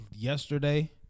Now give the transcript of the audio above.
Yesterday